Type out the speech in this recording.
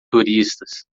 turistas